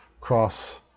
cross